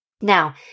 Now